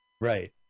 Right